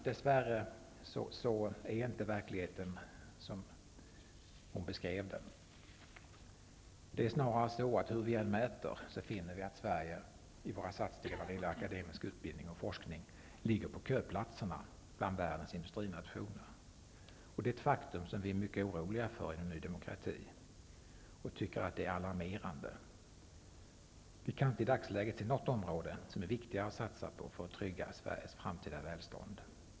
Dess värre är inte verkligheten sådan som hon beskriver den. Det är snarare så att hur vi än mäter, finner vi att vi i Sverige i våra satsningar på akademisk utbildning och forskning ligger på köplatserna bland världens industrinationer. Detta faktum är något som vi inom Ny demokrati är mycket oroliga över, och vi tycker att det är alarmerande. Vi kan i dagsläget inte se något område som är viktigare att satsa på för att trygga Sveriges framtida välstånd.